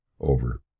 over